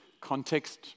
context